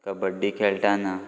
कबड्डी खेळटाना